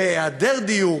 והיעדר דיור